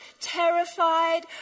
terrified